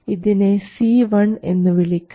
ഇതിനെ C1 എന്നു വിളിക്കാം